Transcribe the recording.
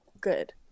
good